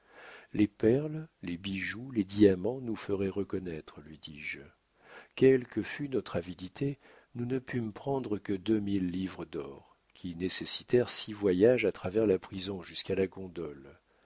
les perles les bijoux les diamants nous feraient reconnaître lui dis-je quelle que fût notre avidité nous ne pûmes prendre que deux mille livres d'or qui nécessitèrent six voyages à travers la prison jusqu'à la